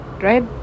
right